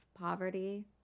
poverty